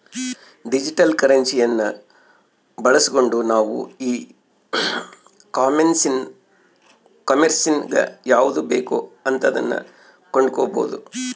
digital ಕರೆನ್ಸಿಯನ್ನ ಬಳಸ್ಗಂಡು ನಾವು ಈ ಕಾಂಮೆರ್ಸಿನಗ ಯಾವುದು ಬೇಕೋ ಅಂತದನ್ನ ಕೊಂಡಕಬೊದು